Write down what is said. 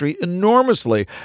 ...enormously